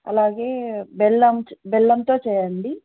అలాగే బెల్లం బెల్లంతో చేయండి